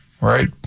right